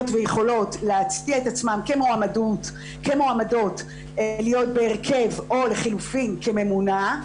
ויכולות להציע את עצמן כמועמדות להיות בהרכב או לחילופין כממונה?